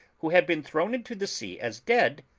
who had been thrown into the sea as dead,